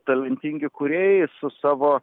talentingi kūrėjai su savo